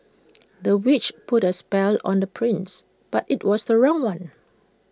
the witch put A spell on the prince but IT was the wrong one